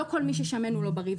לא כל מי ששמן הוא לא בריא,